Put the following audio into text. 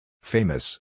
Famous